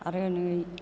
आरो नै